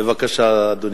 בבקשה, אדוני.